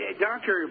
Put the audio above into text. Doctor